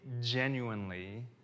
genuinely